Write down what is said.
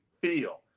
feel